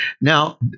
Now